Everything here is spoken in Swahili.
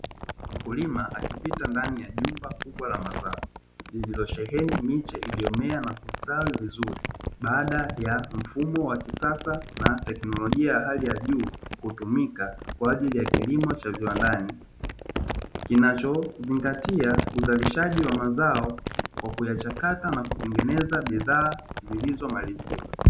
mkulima akipita ndani ya nyumba kubwa la mazao zilizosheheni miche, iliyomea na kusali vizuri baada ya mfumo wa kisasa na teknolojia ya hali ya juu kutumika kwa ajili ya kilimo cha viwandani, kinachozingatia uzalishaji wa mazao kwa kuyachakata na kutengeneza bidhaa zilizo malipi.